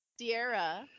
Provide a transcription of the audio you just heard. Sierra